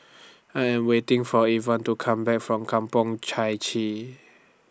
I Am waiting For Yvonne to Come Back from Kampong Chai Chee